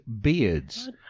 beards